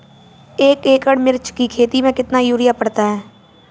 एक एकड़ मिर्च की खेती में कितना यूरिया पड़ता है?